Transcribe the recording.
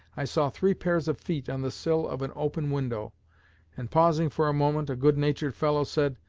i saw three pairs of feet on the sill of an open window and pausing for a moment, a good-natured fellow said,